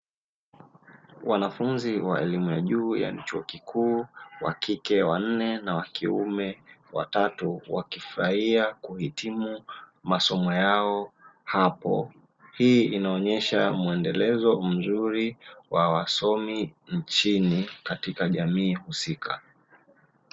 Wanafunzi wa elimu ya juu yaani chuo kikuu wakike wa nne na wa kiume watatu, wakifurahia kuhitimu masomo yao hapo hii inaonesha muendelezo mzuri wa wasomi nchini katika jamii husika.